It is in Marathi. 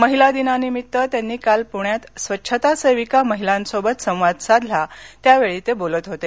महिला दिनानिमित्त त्यांनी काल पृण्यात स्वच्छता सेविका महिलांसोबत संवाद साधला त्यावेळी ते बोलत होते